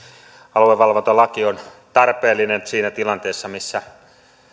aluevalvontalaki on tarpeellinen siinä tilanteessa missä